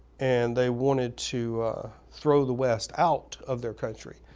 and they wanted to throw the west out of their country,